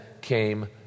came